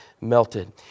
melted